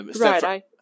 Right